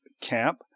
camp